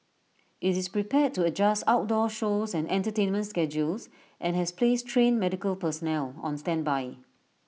IT is prepared to adjust outdoor shows and entertainment schedules and has placed trained medical personnel on standby